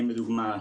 לדוגמא,